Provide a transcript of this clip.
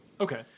Okay